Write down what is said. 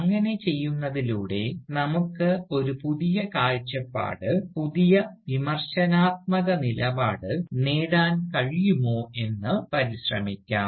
അങ്ങനെ ചെയ്യുന്നതിലൂടെ നമുക്ക് ഒരു പുതിയ കാഴ്ചപ്പാട് പുതിയ വിമർശനാത്മക നിലപാട് നേടാൻ കഴിയുമോ എന്ന് പരിശ്രമിക്കാം